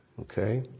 Okay